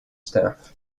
staff